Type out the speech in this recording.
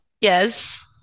Yes